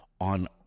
on